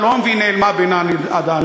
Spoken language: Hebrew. שלום, והיא נעלמה בין העננים.